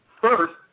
first